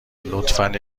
لطفا